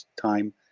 time